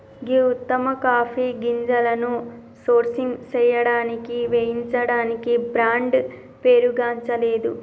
గీ ఉత్తమ కాఫీ గింజలను సోర్సింగ్ సేయడానికి వేయించడానికి బ్రాండ్ పేరుగాంచలేదు